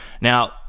Now